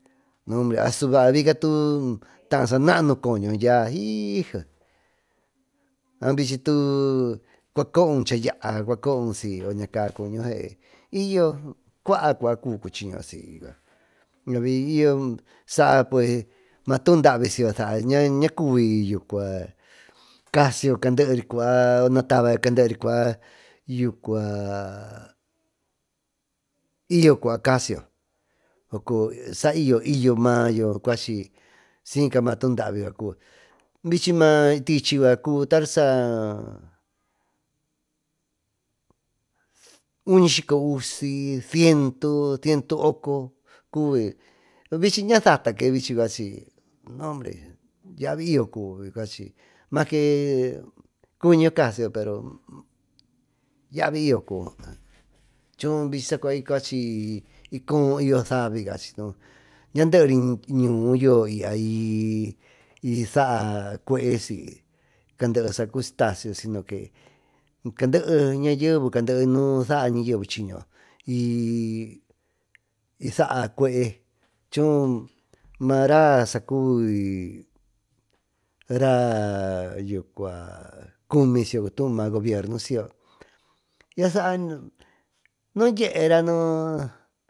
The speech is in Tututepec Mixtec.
Asu baa biyeatu taa sanaa nucuño dyaa vicchitu cua coo un chayaa ña caa cuño y yo cua cuchiño y yo saa cue maatuu davisaaa ñaa cubi casiyo candery cuba natabayo y yo cua casiyo saiyo i yo mayo cuachy siyca maatuudaavi saa bichy naatichy cuby unisyco usy cientu ciento oco vichy ñasataque noombre yabiyo cubi maque macuñiyo casiyo yaviyyo choo bichy cueycoo y yo saavi sino cuuy caandee nayeeve cande nuu saa nayeve chiño i saa cueé choo maraa sacubi raa cumi siyo maa gobierno ña saara ña dyeera nu.